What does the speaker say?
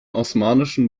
osmanischen